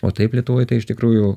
o taip lietuvoj tai iš tikrųjų